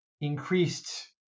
increased